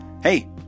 hey